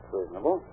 reasonable